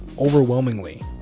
overwhelmingly